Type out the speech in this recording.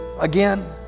again